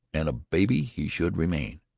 and a baby he should remain.